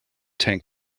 tank